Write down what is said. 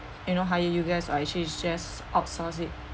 you know hire you guys or I actually shared outsource it